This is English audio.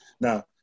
now